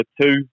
two